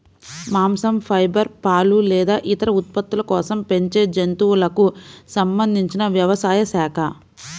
మాంసం, ఫైబర్, పాలు లేదా ఇతర ఉత్పత్తుల కోసం పెంచే జంతువులకు సంబంధించిన వ్యవసాయ శాఖ